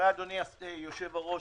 אדוני יושב-הראש,